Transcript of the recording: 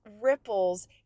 ripples